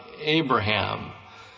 abraham